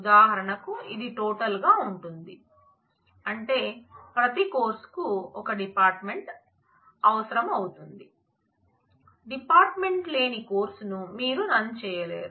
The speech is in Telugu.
ఉదాహరణకు ఇది టోటల్ గా ఉంటుంది అంటే ప్రతి కోర్సుకు ఒక డిపార్ట్మెంట్ అవసరం అవుతుంది డిపార్ట్మెంట్ లేని కోర్సును మీరు రన్ చేయలేరు